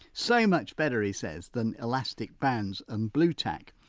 so much better, he says, than elastic bands and blue tack.